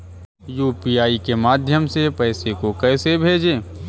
UPI के माध्यम से पैसे को कैसे भेजें?